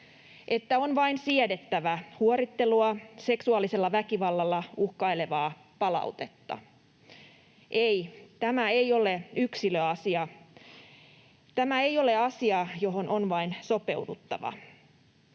että on vain siedettävä huorittelua, seksuaalisella väkivallalla uhkailevaa palautetta. Ei, tämä ei ole yksilöasia. Tämä ei ole asia, johon on vain sopeuduttava.